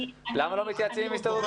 למה לא מתייעצים עם הסתדרות המורים?